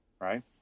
right